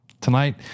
tonight